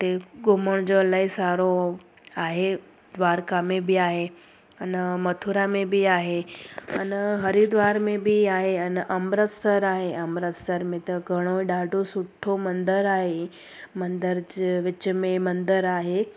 हुते घुमण जो अलाई सारो आहे द्वारका में बि आहे अन मथुरा में बि आहे अन हरिद्वार में बि आहे अन अमृतसर आहे अमृतसर में त घणो ॾाढो सुठो मंदरु आहे मंदर जे विच में मंदरु आहे